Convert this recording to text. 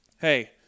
hey